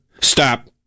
Stop